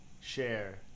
share